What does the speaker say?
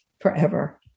forever